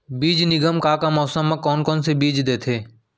बीज निगम का का मौसम मा, कौन कौन से बीज देथे?